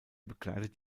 begleitet